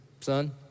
son